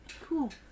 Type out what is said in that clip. cool